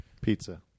Pizza